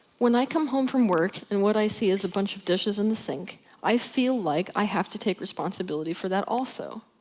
when i come home from work and what i see is a bunch of dishes in the sink. i feel like i have to take responsibility for that also.